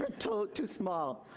um too small.